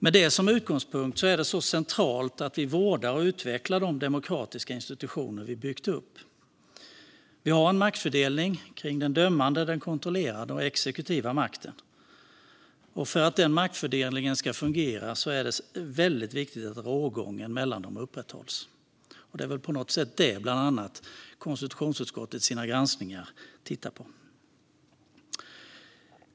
Med det som utgångspunkt är det centralt att vi vårdar och utvecklar de demokratiska institutioner vi har byggt upp. Vi har en maktfördelning mellan den dömande, kontrollerande och exekutiva makten. För att den maktfördelningen ska fungera är det väldigt viktigt att rågången mellan dem upprätthålls. Det är bland annat det som konstitutionsutskottet tittar på i sina granskningar.